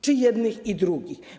Czy jednych i drugich?